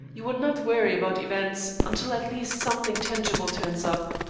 you would not worry about events until at least something tangible turns up.